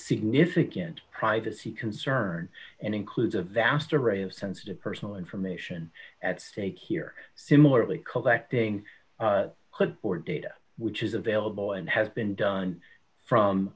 significant privacy concern and includes a vast array of sensitive personal information at stake here similarly collecting for data which is available and has been done from